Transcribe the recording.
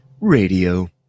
radio